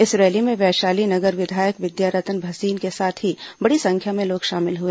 इस रैली में वैशाली नगर विधायक विद्यारतन भसीन के साथ ही बड़ी संख्या में लोग शामिल हुए